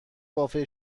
وافع